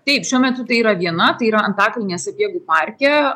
taip šiuo metu tai yra viena tai yra antakalnyje sapiegų parke